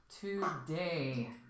today